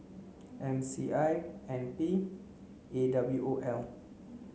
M C I N P A W O L